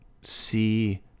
see